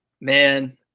Man